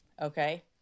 okay